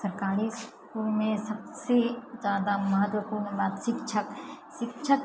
सरकारी इसकुलमे सबसँ जादा महत्वपूर्ण बात शिक्षक शिक्षक